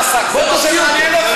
יצא המרצע מן השק.